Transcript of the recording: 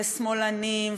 ושמאלנים,